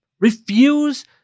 Refuse